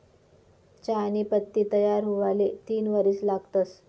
चहानी पत्ती तयार हुवाले तीन वरीस लागतंस